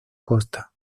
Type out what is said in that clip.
costa